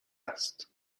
است